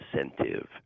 incentive